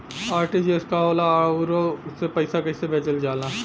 RTGS का होला आउरओ से पईसा कइसे भेजल जला?